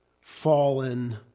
fallen